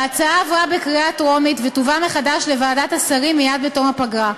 ההצעה עברה בקריאה טרומית ותובא מחדש לוועדת השרים מייד בתום הפגרה.